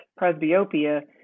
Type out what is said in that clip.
presbyopia